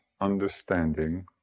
understanding